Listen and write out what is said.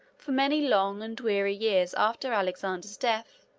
for many long and weary years after alexander's death,